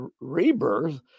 Rebirth